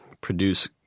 produce